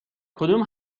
کدوم